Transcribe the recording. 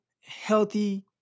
healthy